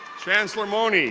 chancellor mone,